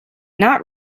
not